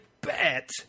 bet